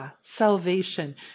salvation